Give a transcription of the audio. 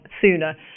sooner